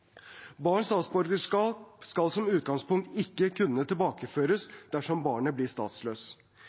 Barns statsborgerskap skal som utgangspunkt ikke kunne tilbakekalles dersom barnet blir